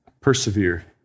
Persevere